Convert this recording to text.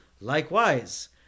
Likewise